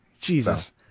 Jesus